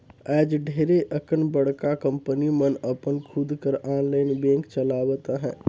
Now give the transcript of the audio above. आएज ढेरे अकन बड़का कंपनी मन अपन खुद कर आनलाईन बेंक चलावत अहें